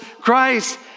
Christ